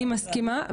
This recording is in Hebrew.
אני מסכימה,